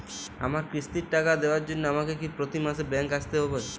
আমার কিস্তির টাকা দেওয়ার জন্য আমাকে কি প্রতি মাসে ব্যাংক আসতে হব?